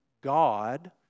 God